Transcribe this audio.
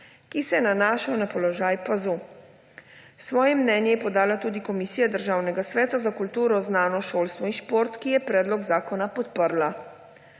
ki se nanašajo na položaj PAZU. Svoje mnenje je podala tudi Komisija Državnega sveta za kulturo, znanost, šolstvo in šport, ki je predlog zakona podprla.